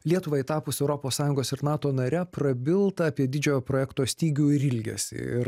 lietuvai tapus europos sąjungos ir nato nare prabilta apie didžiojo projekto stygių ir ilgesį ir